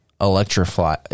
electrify